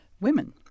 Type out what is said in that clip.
women